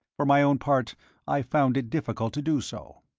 for my own part i found it difficult to do so.